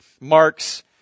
marks